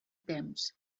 temps